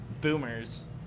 boomers